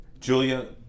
Julia